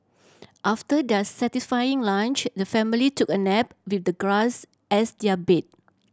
after their satisfying lunch the family took a nap with the grass as their bed